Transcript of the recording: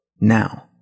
now